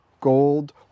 gold